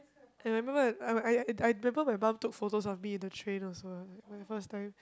I remember when I I I remember my mum took photos on me in the train also when I first time